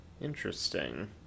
interesting